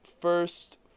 first